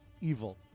Evil